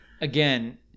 again